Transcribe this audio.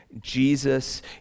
Jesus